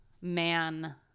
man